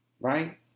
Right